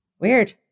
Weird